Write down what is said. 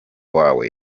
wawe